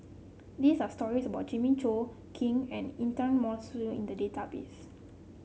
these are stories about Jimmy Chok Kin and Intan Mokhtar in the database